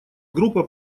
группа